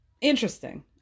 interesting